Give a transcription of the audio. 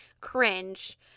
cringe